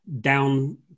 down